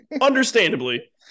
understandably